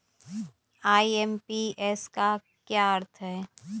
IMPS का क्या अर्थ है?